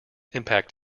impact